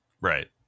Right